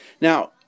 Now